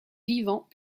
vivant